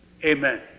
Amen